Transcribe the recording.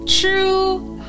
true